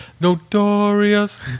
Notorious